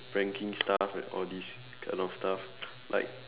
pranking stuff and all these kind of stuff like